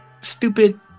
stupid